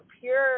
pure